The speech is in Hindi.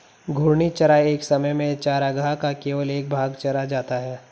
घूर्णी चराई एक समय में चरागाह का केवल एक भाग चरा जाता है